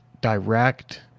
direct